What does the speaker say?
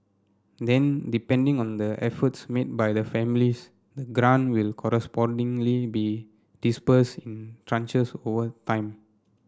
then depending on the efforts made by the families the will correspondingly be disbursed in tranches over time